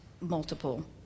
multiple